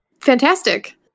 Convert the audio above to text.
fantastic